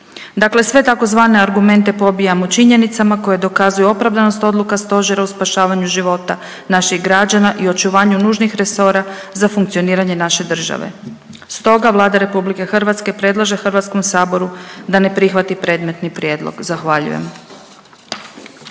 Dakle, sve tzv. argumente pobijamo činjenicama koje dokazuju opravdanost odluka stožera u spašavanju života naših građana i očuvanju nužnih resora za funkcioniranje naše države. Stoga Vlada RH predlaže Hrvatskom saboru da ne prihvati predmetni prijedlog. Zahvaljujem.